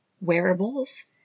Wearables